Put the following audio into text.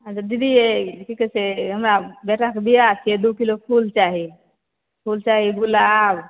दीदी की कहै छै हमर बेटाक बियाह छियै दू किलो फूल चाही फूल चाही गुलाब